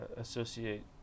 associate